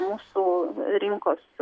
mūsų rinkos